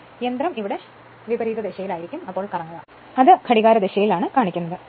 അതിനാൽ യന്ത്രം ഇവിടെ വിപരീത ദിശയിൽ കറങ്ങും അത് ഘടികാരദിശയിൽ കാണിക്കുന്നു